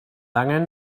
angen